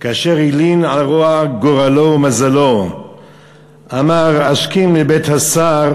כאשר הלין על רוע גורלו ומזלו אמר: "אשכים לבית השר,